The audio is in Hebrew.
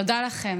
תודה לכם.